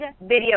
video